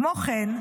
כמו כן,